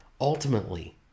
Ultimately